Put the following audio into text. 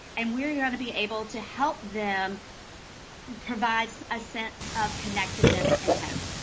and we are yeah gonna be able to help them provide a sense of connectedness and hope.